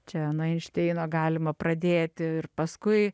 čia nuo enšteino galima pradėti ir paskui